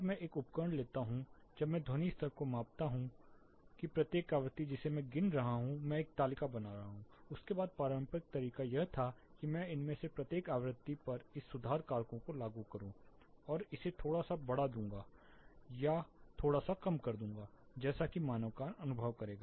जब मैं एक उपकरण लेता हूं जब मैं ध्वनि स्तर को मापता हूं कि प्रत्येक आवृत्ति जिसे मैं गिन रहा हूं मैं एक तालिका बना रहा हूं उसके बाद पारंपरिक तरीका यह था कि मैं इनमें से प्रत्येक आवृत्ति पर इस सुधार कारकों को लागू करूं और इसे थोड़ा सा बड़ा दूंगा या थोड़ा सा कम कर दूं जैसा कि मानव कान अनुभव करेगा